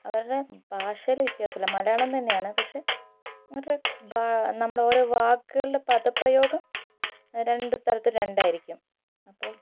അവരുടെ ഭാഷയിൽ വ്യത്യാസില്ല മലയാളം തന്നെയാണ് പക്ഷെ ഒരു ആ നമ്മുടെ ഓരോ വാക്കുകളുടെ പദപ്രയോഗം രണ്ടുസ്ഥലത്തും രണ്ടായിരിക്കും അപ്പോൾ